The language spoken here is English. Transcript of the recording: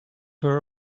her